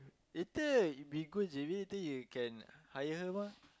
later we go J_B then you can hire her mah